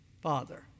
Father